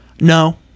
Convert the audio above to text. No